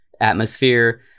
atmosphere